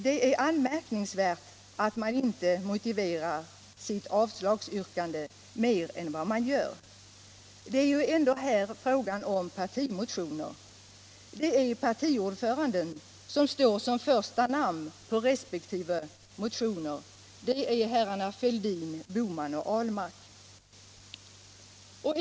Det är anmärkningsvärt att man inte motiverar sitt avslagsyrkande mer än man gör. Det är ändå fråga om partimotioner. Det är partiordförandena som står som första namn på resp. motion — herrar Fälldin, Bohman och Ahlmark.